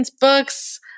books